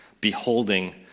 beholding